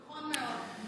נכון מאוד.